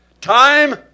Time